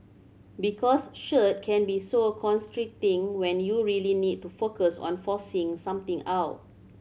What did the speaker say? because shirt can be so constricting when you really need to focus on forcing something out